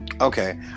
Okay